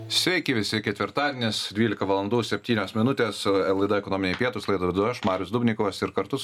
sveiki visi ketvirtadienis dvylika valandų septynios minutės laida ekonominiai pietūs laidą vedu aš marius dubnikovas ir kartu su